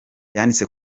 yanditse